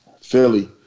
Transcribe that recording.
Philly